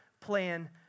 plan